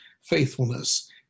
faithfulness